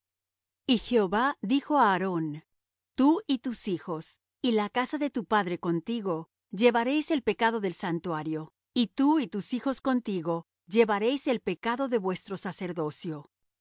y jehova dijo á aarón tú y tus hijos y la casa de tu padre contigo llevaréis el pecado del santuario y tú y tus hijos contigo llevaréis el pecado de vuestro sacerdocio y